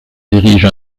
dirige